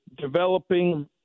developing